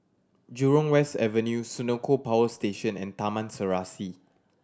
Jurong West Avenue Senoko Power Station and Taman Serasi